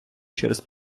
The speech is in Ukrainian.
через